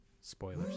Spoilers